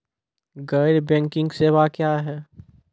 गैर बैंकिंग सेवा क्या हैं?